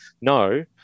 No